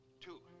two